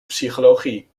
psychologie